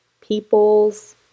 peoples